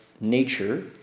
nature